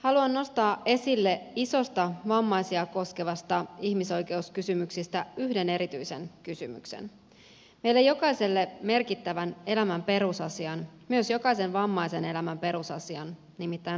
haluan nostaa esille isoista vammaisia koskevista ihmisoikeuskysymyksistä yhden erityisen kysymyksen meille jokaiselle merkittävän elämän perusasian myös jokaisen vammaisen elämän perusasian nimittäin asumisen